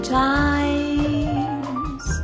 times